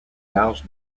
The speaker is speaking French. large